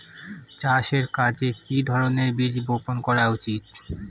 চাষের কাজে কি ধরনের বীজ বপন করা উচিৎ?